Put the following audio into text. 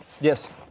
Yes